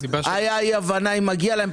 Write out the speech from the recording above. הייתה אי הבנה אי מגיע להם?